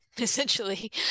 essentially